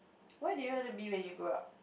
what do you wanna be when you grow up